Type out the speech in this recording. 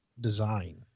design